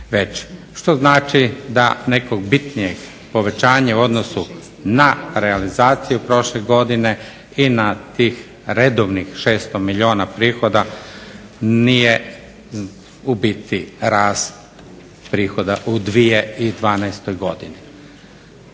što znači da nekog bitnijeg povećanja u odnosu na realizaciju prošle godine i na tih redovnih 600 milijuna prihoda nije u biti rast prihoda u 2012. godini.